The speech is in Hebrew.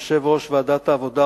יושב-ראש ועדת העבודה,